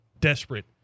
desperate